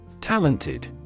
Talented